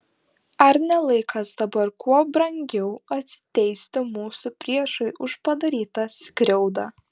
ar ne laikas dabar kuo brangiau atsiteisti mūsų priešui už padarytą skriaudą